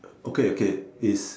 okay okay is